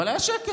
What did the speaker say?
אבל היה שקט,